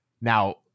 Now